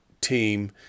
team